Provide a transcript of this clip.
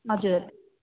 हजुर